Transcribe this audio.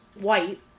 white